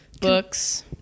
books